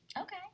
Okay